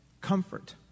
comfort